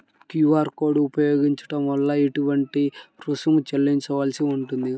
QR code ఉపయోగించటం వలన ఏటువంటి రుసుం చెల్లించవలసి ఉంటుంది?